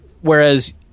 Whereas